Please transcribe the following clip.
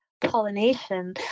pollination